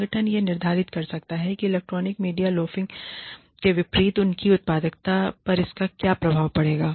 संगठन यह निर्धारित कर सकता है कि इलेक्ट्रॉनिक मीडिया लोफिंग के विपरीत उनकी उत्पादकता पर इसका क्या प्रभाव पड़ेगा